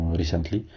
recently